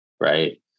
Right